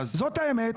זאת האמת.